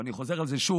ואני חוזר על זה שוב,